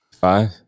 Five